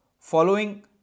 Following